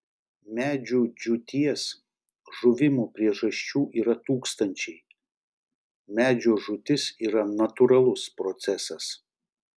medžių džiūties žuvimo priežasčių yra tūkstančiai medžio žūtis yra natūralus procesas